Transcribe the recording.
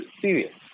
serious